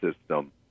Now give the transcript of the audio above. system